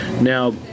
Now